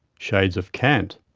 shades of kant.